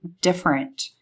different